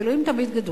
אז, אלוהים תמיד גדול,